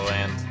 Land